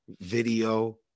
video